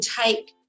take